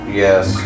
yes